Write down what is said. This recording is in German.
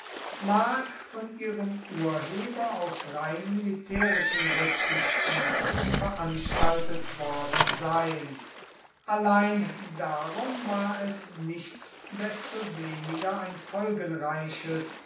mag von ihrem urheber aus rein militärischen rücksichten veranstaltet worden sein allein darum war es nichtsdestoweniger ein folgenreiches